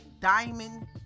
diamond